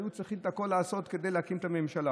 היו צריכים לעשות את הכול כדי להקים את הממשלה,